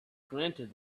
granted